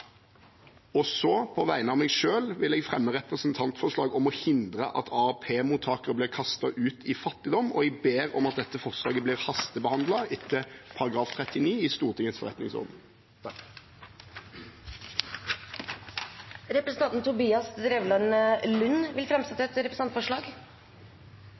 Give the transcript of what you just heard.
På vegne av meg selv vil jeg fremme et representantforslag om å hindre at AAP-mottakere blir kastet ut i fattigdom. Jeg ber om at dette forslaget blir hastebehandlet etter § 39 i Stortingets forretningsorden. Representanten Tobias Drevland Lund vil